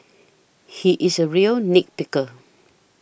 he is a real nit picker